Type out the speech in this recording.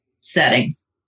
settings